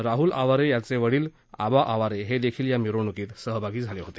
राहूल आवारे यांचे वडील आबा आवारे हे देखील या मिरवणूकीत सहभागी झाले होते